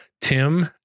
Tim